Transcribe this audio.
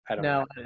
No